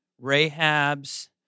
Rahab's